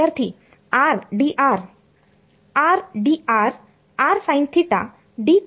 विद्यार्थी r dr